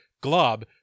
glob